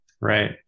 Right